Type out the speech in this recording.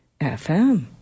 FM